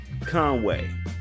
Conway